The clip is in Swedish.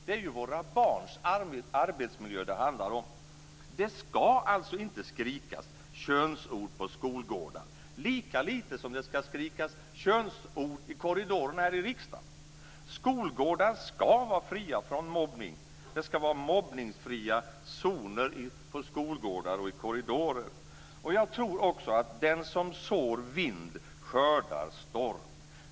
Det är våra barns arbetsmiljö det handlar om. Det ska alltså inte skrikas könsord på skolgårdar, lika lite som det ska skrikas könsord i korridorerna här i riksdagen. Skolgårdar ska vara fria från mobbning. Det ska vara mobbningsfria zoner på skolgårdar och i korridorer. Jag tror också att den som sår vind skördar storm.